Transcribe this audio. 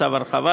צו הרחבה,